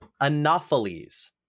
Anopheles